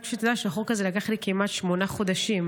רק שתדע שהחוק הזה לקח לי כמעט שמונה חודשים.